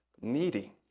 needy